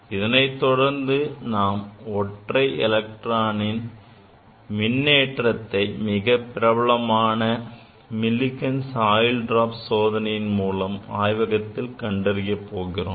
இதனை தொடர்ந்து நாம் ஒற்றை எலக்ட்ரானின் மின்னேற்றத்தை மிகப் பிரபலமான Millikan's oil drop சோதனையின் மூலம் ஆய்வகத்தில் கண்டறிய போகிறோம்